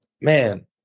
man